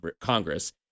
Congress